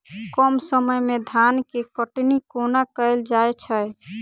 कम समय मे धान केँ कटनी कोना कैल जाय छै?